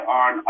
on